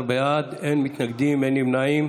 16 בעד, אין מתנגדים, אין נמנעים.